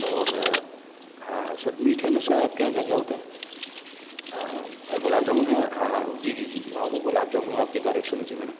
اور ہاں سر میٹھے میں سر آپ کے یہاں کیا کیا ہوتے ہیں گلاب جامن ہے ہاں ہاں جی جی ہاں وہ گلاب جامن آپ کی تعریف سنی تھی میں نے